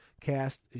Cast